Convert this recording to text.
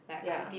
ya